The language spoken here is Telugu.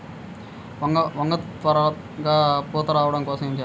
వంగ త్వరగా పూత రావడం కోసం ఏమి చెయ్యాలి?